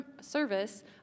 service